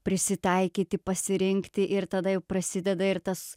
prisitaikyti pasirinkti ir tada jau prasideda ir tas